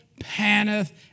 paneth